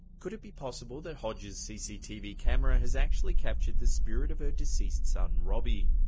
could it be possible that hodge's cctv camera has actually captured the spirit of her deceased son robbie?